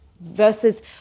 versus